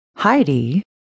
Heidi